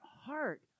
heart